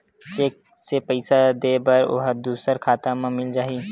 Cheque से पईसा दे बर ओहा दुसर खाता म मिल जाही?